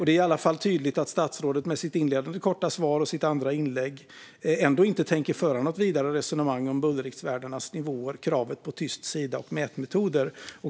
Det är i alla fall tydligt att statsrådet med sitt inledande korta svar och sitt andra inlägg ändå inte tänker föra något vidare resonemang om bullerriktvärdenas nivåer, kravet på tyst sida och mätmetoder.